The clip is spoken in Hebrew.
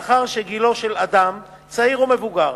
מאחר שגילו של אדם, צעיר או מבוגר,